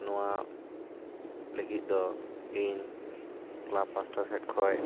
ᱱᱚᱣᱟ ᱞᱟᱹᱜᱤᱫ ᱫᱚ ᱤᱧ ᱠᱞᱟᱵᱽ ᱯᱟᱦᱴᱟ ᱥᱮᱡ ᱠᱷᱚᱡ